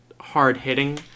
hard-hitting